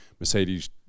mercedes